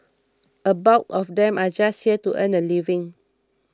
a bulk of them are just here to earn a living